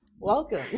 welcome